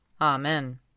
Amen